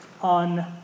On